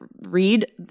read